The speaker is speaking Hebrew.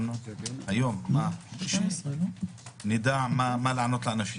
כדי שהיום נדע מה לענות לאנשים.